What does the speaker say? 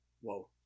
Whoa